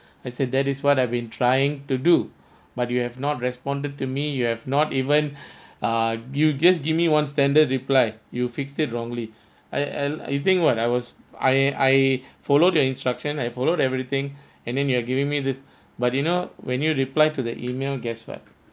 I said that is what I've been trying to do but you have not responded to me you have not even ah you just give me one standard reply you fixed it wrongly I I I you think what I was I I follow the instructions I followed everything and then you're giving me this but you know when you reply to the email guess what